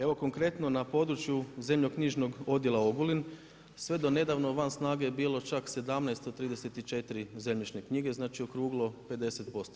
Evo konkretno na području Zemljišno-knjižnog odjela Ogulin sve do nedavno van snaga je bilo čak 17 od 34 zemljišne knjige, znači okruglo 50%